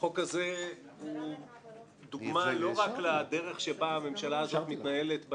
החוק הזה הוא דוגמה לא רק לדרך שבה הממשלה הזאת מתנהלת -- אפשרתי לה.